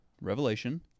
revelation